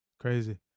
Crazy